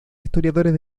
historiadores